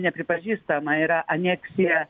nepripažįstama yra aneksija